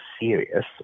serious